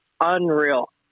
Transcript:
unreal